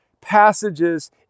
passages